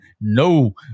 no